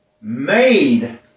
made